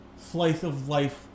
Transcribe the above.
slice-of-life